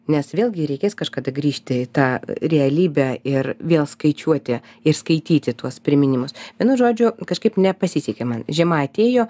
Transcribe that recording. nes vėlgi reikės kažkada grįžti į tą realybę ir vėl skaičiuoti ir skaityti tuos priminimus vienu žodžiu kažkaip nepasisekė man žiema atėjo